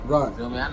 Right